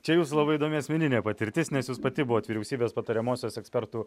čia jūsų labai įdomi asmeninė patirtis nes jūs pati buvot vyriausybės patariamosios ekspertų